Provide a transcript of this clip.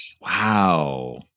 Wow